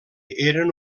eren